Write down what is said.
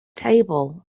table